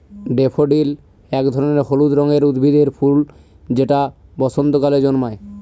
daffodil এক ধরনের হলুদ রঙের উদ্ভিদের ফুল যেটা বসন্তকালে জন্মায়